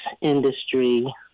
industry